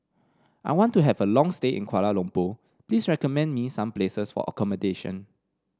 I want to have a long stay in Kuala Lumpur please recommend me some places for accommodation